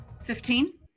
Fifteen